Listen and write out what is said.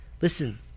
Listen